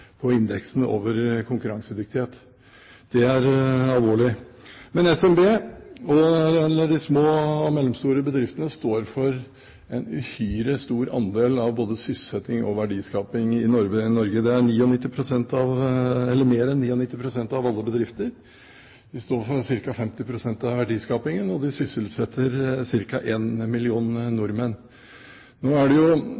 på indeksene over konkurransedyktighet. Det er alvorlig. Men SMB – eller de små og mellomstore bedriftene – står for en uhyre stor andel av både sysselsetting og verdiskaping i Norge. Det er mer enn 99 pst. av alle bedrifter. De står for ca. 50 pst. av verdiskapingen, og de sysselsetter ca. 1 million